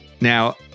Now